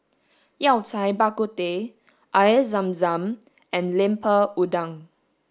Yao Cai Bak Kut Teh Air Zam Zam and Lemper Udang